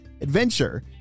adventure